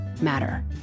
matter